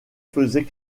faisait